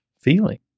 feeling